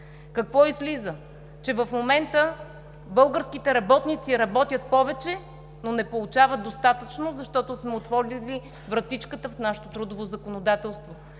Какво излиза – че в момента българските работници работят повече, но не получават достатъчно, защото сме отворили вратичката в нашето трудово законодателство.